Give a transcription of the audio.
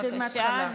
נתחיל מהתחלה.